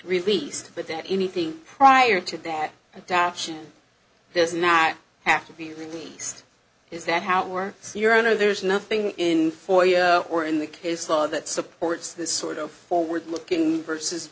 released but that anything prior to that adoption does not have to be released is that how it works your honor there's nothing in or in the case law that supports this sort of forward looking versus